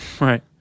Right